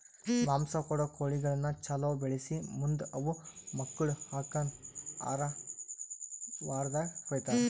ಮಾಂಸ ಕೊಡೋ ಕೋಳಿಗಳನ್ನ ಛಲೋ ಬೆಳಿಸಿ ಮುಂದ್ ಅವು ಮಕ್ಕುಳ ಹಾಕನ್ ಆರ ವಾರ್ದಾಗ ಕೊಯ್ತಾರ